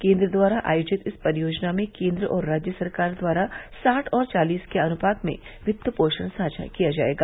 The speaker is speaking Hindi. केन्द्र द्वारा आयोजित इस परियोजना में केन्द्र और राज्य सरकार द्वारा साठ और चालीस के अनुपात में वित्त पोषण साझा किया जायेगा